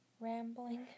rambling